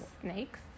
Snakes